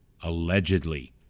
Allegedly